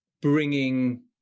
bringing